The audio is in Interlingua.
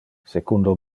secundo